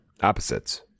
opposites